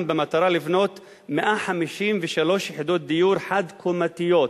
במטרה לבנות 153 יחידות דיור חד-קומתיות.